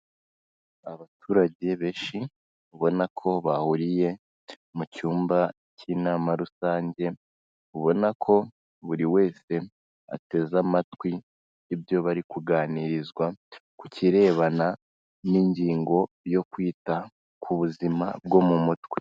Abaturage benshi, ubona ko bahuriye mu cyumba cy'inama rusange, ubona ko buri wese ateze amatwi ibyo bari kuganirizwa, ku kirebana n'ingingo yo kwita ku buzima bwo mu mutwe.